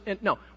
no